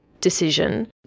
decision